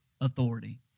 Authority